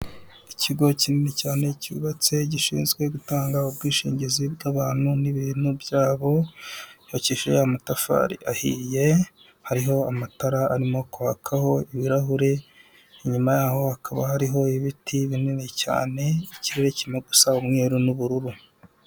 Ikigo kinini cyane cyubatse gishinzwe gutanga ubwishingizi bw'abantu n'ibintu byabo, cyubakishije amatafari ahiye, hariho amatara arimo kwakaho ibirahuri, inyuma yaho hakaba hariho ibiti binini cyane, ikirere kirimo gusa umweru, n'ubururu.